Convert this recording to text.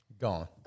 gone